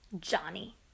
Johnny